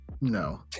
No